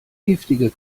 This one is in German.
giftige